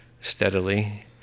steadily